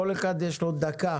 כל אחד יש לו דקה.